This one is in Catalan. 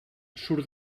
surt